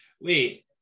wait